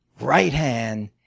right hand,